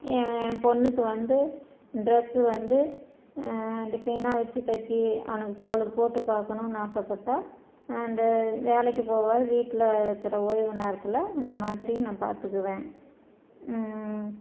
என் பொண்ணுக்கு வந்து ட்ரெஸ் வந்து டிசைனாக வச்சு தைச்சி அவனுக்கு அவளுக்கு போட்டு பார்க்கணும்னு ஆசைப்பட்டா இந்த வேலைக்கு போகாத வீட்டில இருக்கிற ஓய்வு நேரத்தில் இந்தமாதிரி நான் பார்த்துக்குவேன்